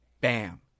bam